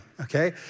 Okay